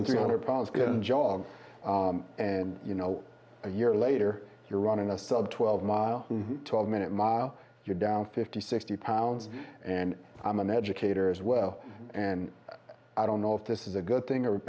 over three hundred pounds going to jog and you know a year later you're running a sub twelve mile twelve minute mile you're down fifty sixty pounds and i'm an educator as well and i don't know if this is a good thing or